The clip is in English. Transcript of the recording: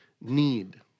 need